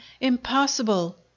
Impossible